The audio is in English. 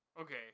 Okay